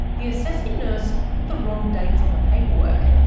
the assessing nurse put the wrong dates on the paperwork,